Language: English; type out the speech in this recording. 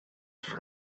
for